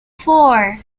four